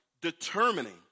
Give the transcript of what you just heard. determining